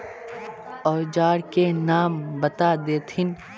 औजार के नाम बता देथिन?